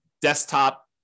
desktop